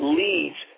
leads